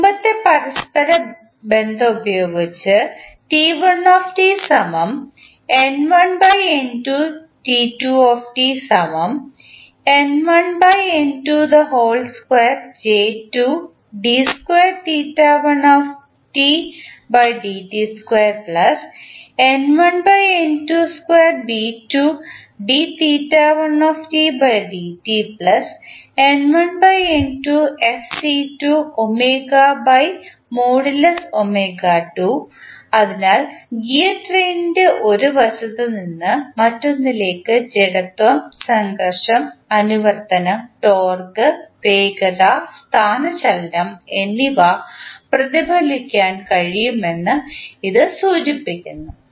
മുമ്പത്തെ പരസ്പരബന്ധം ഉപയോഗിച്ച് അതിനാൽ ഗിയർ ട്രെയിനിൻറെ ഒരു വശത്ത് നിന്ന് മറ്റൊന്നിലേക്ക് ജഡത്വം സംഘർഷം അനുവർത്തനം ടോർക്ക് വേഗത സ്ഥാനചലനം എന്നിവ പ്രതിഫലിപ്പിക്കാൻ കഴിയുമെന്ന് ഇത് സൂചിപ്പിക്കുന്നു